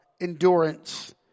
endurance